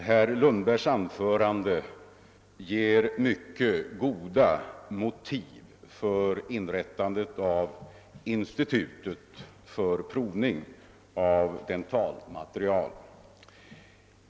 Herr Lundbergs anförande ger mycket goda motiv för inrättandet av ett institut för provning av dentalmaterial.